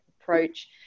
approach